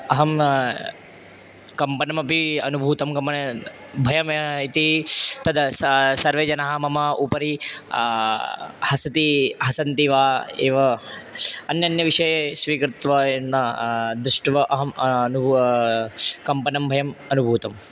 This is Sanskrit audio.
अहं कम्पनमपि अनुभूतवान् कम्पनं भयम् इति तद् सा सर्वे जनाः मम उपरि हसन्ति हसन्ति वा एव अन्यान्यविषयं स्वीकृत्य एव न दृष्ट्वा अहं अनुभूतं कम्पनं भयम् अनुभूतम्